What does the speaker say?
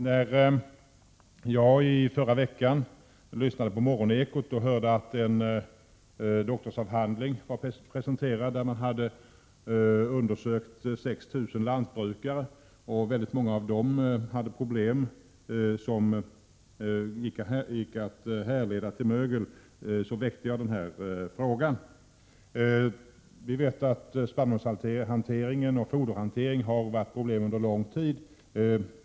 När jag i förra veckan lyssnade på Morgonekot hörde jag att en doktorsavhandling presenterades där 6 000 lantbrukare hade undersökts. Väldigt många av dessa hade problem som gick att härleda till mögel. Jag väckte då denna fråga. Vi vet att spannmålsoch foderhanteringen har varit problematisk under lång tid.